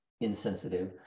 insensitive